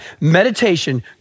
Meditation